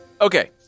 Okay